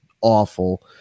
awful